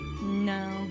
No